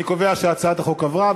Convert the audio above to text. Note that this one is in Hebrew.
אני קובע שהצעת החוק עברה,